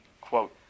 quote